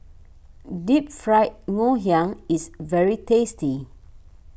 Deep Fried Ngoh Hiang is very tasty